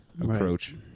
approach